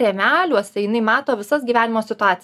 rėmeliuose jinai mato visas gyvenimo situacijas